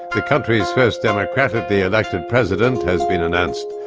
the country's first democratically elected president has been announced.